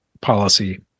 policy